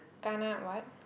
kana what